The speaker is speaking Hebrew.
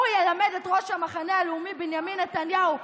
הוא ילמד את ראש המחנה הלאומי בנימין נתניהו,